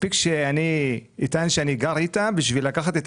מספיק שאני אטען שאני גר איתה בשביל לקחת את